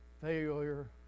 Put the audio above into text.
Failure